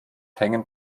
hängen